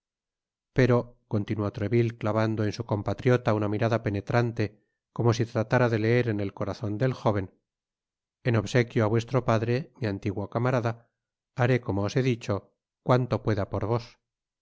pero continuó treville clavando en su compatriota una mirada penetrante como si tratara de leer en el corazon del jóven en obsequio á vuestro padre mi antiguo camarada haré como os he dicho cuanto pueda por vos